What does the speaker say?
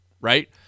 right